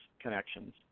connections